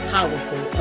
Powerful